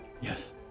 Yes